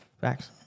facts